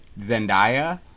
Zendaya